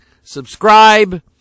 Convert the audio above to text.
subscribe